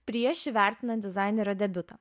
prieš įvertinant dizainerio debiutą